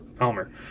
Elmer